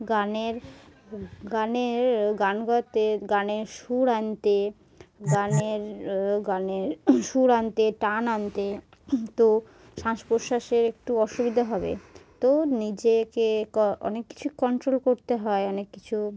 গানের গানের গান গতে গানের সুর আনতে গানের গানের সুর আনতে টান আনতে তো শ্বাস প্রশ্বাসের একটু অসুবিধা হবে তো নিজেকে অনেক কিছু কন্ট্রোল করতে হয় অনেক কিছু